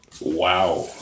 Wow